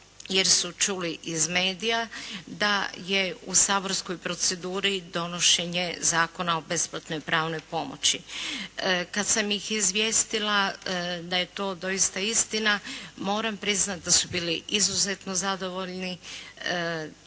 jer su čuli iz medija da je u saborskoj proceduri donošenje Zakona o besplatnoj pravnoj pomoći. Kad sam ih izvijestila da je to doista istina moram priznati da su bili izuzetno zadovoljni.